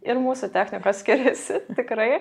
ir mūsų technikos skiriasi tikrai